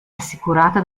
assicurata